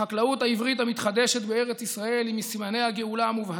החקלאות העברית המתחדשת בארץ ישראל היא מסימני הגאולה המובהקים.